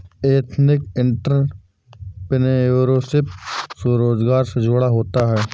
ethnic entrepreneurship स्वरोजगार से जुड़ा होता है